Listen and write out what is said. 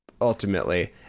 ultimately